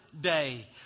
day